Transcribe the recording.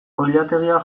oilategia